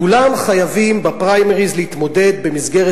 כולם חייבים בפריימריס להתמודד במסגרת